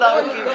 אחד הארוכים,